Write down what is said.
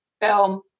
Film